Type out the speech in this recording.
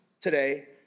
today